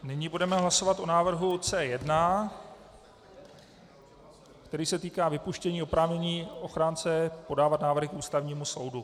Nyní budeme hlasovat o návrhu C1, který se týká vypuštění oprávnění ochránce podávat návrhy k Ústavnímu soudu.